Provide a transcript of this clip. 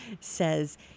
says